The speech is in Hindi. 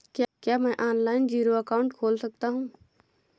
क्या मैं ऑनलाइन जीरो अकाउंट खोल सकता हूँ?